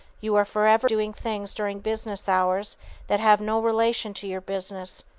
you are forever doing things during business hours that have no relation to your business,